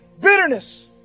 bitterness